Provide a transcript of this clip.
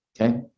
Okay